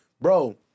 Bro